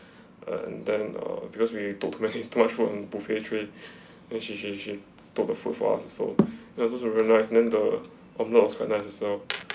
uh then uh because we took too much too much food on the buffet tray and she she she took the food for us also we also so nice then the omelet was fantastic too